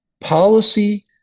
policy